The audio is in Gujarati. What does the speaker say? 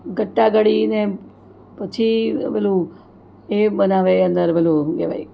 ગટા ગળીને પછી પેલું એ બનાવે અંદર પેલું શું કહેવાય